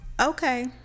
okay